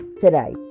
today